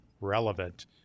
relevant